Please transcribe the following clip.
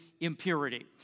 impurity